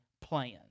plan